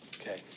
Okay